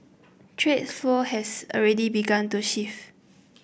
trade flows has already begun to shift